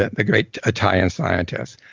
the great italian scientist.